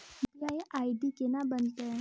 UPI ID केना बनतै?